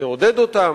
נעודד אותם.